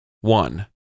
one